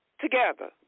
together